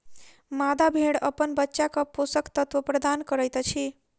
मादा भेड़ अपन बच्चाक पोषक तत्व प्रदान करैत अछि